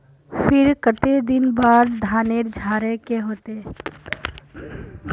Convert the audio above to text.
फिर केते दिन बाद धानेर झाड़े के होते?